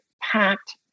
packed